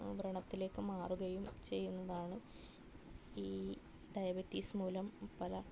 വ്രണത്തിലേക്ക് മാറുകയും ചെയ്യുന്നതാണ് ഈ ഡയബറ്റിസ് മൂലം പല